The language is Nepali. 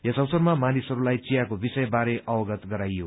यस अवसरमा मानिसहरूलाई चियाको विषयमा अवगत गराइयो